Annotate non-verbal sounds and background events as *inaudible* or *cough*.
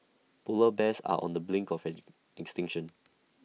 Polar Bears are on the brink of *unintelligible* extinction